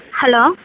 hello